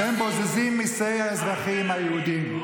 אתם בוזזים מיסי האזרחים היהודים.